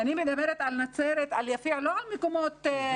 אני מדברת על נצרת, על יפיע, לא על מקומות נידחים.